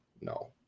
no